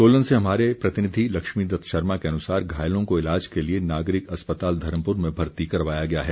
सोलन से हमारे प्रतिनिधि लक्ष्मी दत्त शर्मा के अनुसार घायलों को इलाज के लिए नागरिक अस्पताल धर्मपुर में भर्ती करवाया गया है